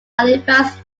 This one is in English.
halifax